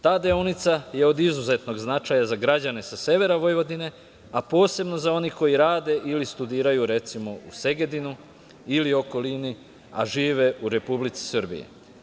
Ta deonica je od izuzetnog značaja za građane sa severa Vojvodine, a posebno za one koji rade ili studiraju, recimo, u Segedinu ili okolini, a žive u Republici Srbiji.